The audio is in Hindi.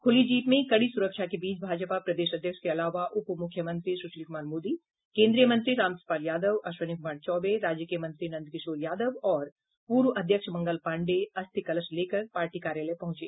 खुली जीप में कड़ी सुरक्षा के बीच भाजपा प्रदेश अध्यक्ष के अलावा उप मुख्यमंत्री सुशील कुमार मोदी केंद्रीय मंत्री रामकृपाल यादव अश्विनी कुमार चौबे राज्य के मंत्री नंदकिशोर यादव और पूर्व अध्यक्ष मंगल पांडेय अस्थि कलश लेकर पार्टी कार्यालय पहुंचे